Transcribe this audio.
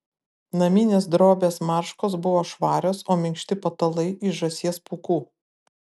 naminės drobės marškos buvo švarios o minkšti patalai iš žąsies pūkų